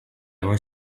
were